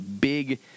big